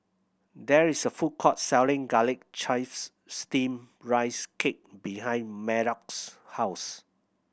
there is a food court selling Garlic Chives Steamed Rice Cake behind Maddox house